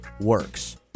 works